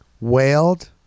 wailed